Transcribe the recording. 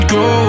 go